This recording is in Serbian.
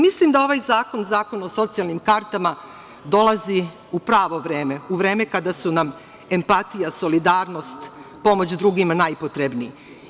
Mislim da ovaj zakon, zakon o socijalnim kartama dolazi u pravo vreme, u vreme kada su nam empatija, solidarnost, pomoć drugima najpotrebniji.